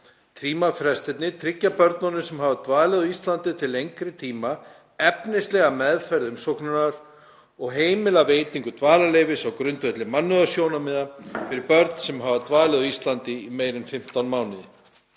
Tímafrestirnir tryggja börnunum, sem hafa dvalið á Íslandi til lengri tíma, efnislega meðferð umsóknarinnar og heimila veitingu dvalarleyfis á grundvelli mannúðarsjónarmiða fyrir börn sem hafa dvalið á Íslandi í meira en 15 mánuði.